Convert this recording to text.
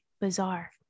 Bizarre